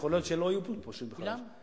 יכול להיות שהם לא יהיו פה, פשוט, בכלל.